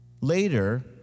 Later